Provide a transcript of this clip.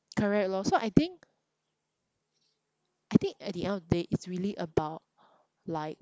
correct lor so I think I think at the end of the day it's really about like